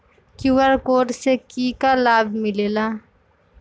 QR code से कि कि लाव मिलेला?